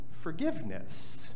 forgiveness